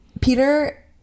Peter